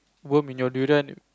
worm in your durian